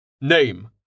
Name